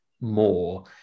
more